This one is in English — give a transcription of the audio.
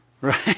right